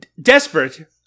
Desperate